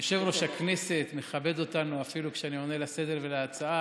יושב-ראש הכנסת מכבד אותנו אפילו כשאני עונה להצעה לסדר-היום.